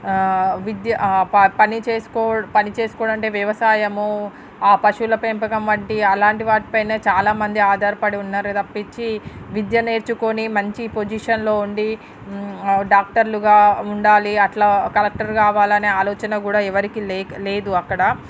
విద్య ప పని చేసుకో పని చేసుకోడమంటే వ్యవసాయము పశువుల పెంపకం వంటి అలాంటి వాటిపైనే చాలామంది ఆధారపడి ఉన్నారు తప్పిచ్చి విద్య నేర్చుకొని మంచి పొజిషన్లో ఉండి డాక్టర్లుగా ఉండాలి అట్లా కలక్టర్ కావాలనే ఆలోచన గూడా ఎవరికీ లేక లేదు అక్కడ